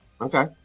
Okay